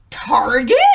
Target